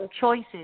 choices